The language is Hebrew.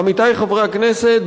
עמיתי חברי הכנסת,